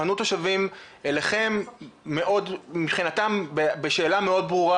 פנו תושבים אליכם מבחינתם בשאלה מאוד ברורה